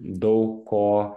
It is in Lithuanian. daug ko